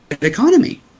economy